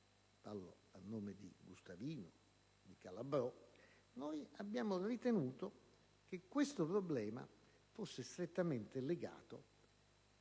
dei senatori Gustavino e Calabrò, abbiamo ritenuto che questo problema fosse strettamente legato,